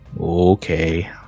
Okay